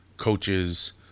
Coaches